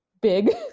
big